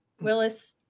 Willis